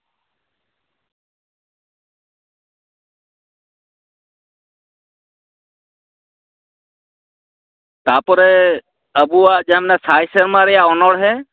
ᱛᱟᱯᱚᱨᱮ ᱟᱵᱚᱣᱟᱜ ᱡᱟᱦᱟᱸ ᱥᱟᱭ ᱥᱮᱨᱢᱟ ᱨᱮᱱᱟᱜ ᱚᱱᱚᱬᱦᱮᱸ